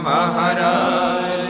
Maharaj